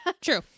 true